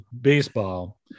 baseball